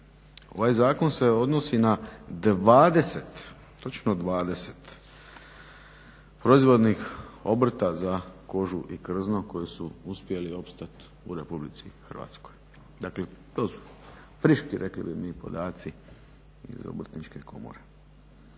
Ovaj zakon se odnosi na 20, točno 20 proizvodnih obrta za kožu i krzno koji su uspjeli opstati u Republici Hrvatskoj, dakle to su friški rekli bi mi podaci iz obrtničke komore